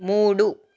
మూడు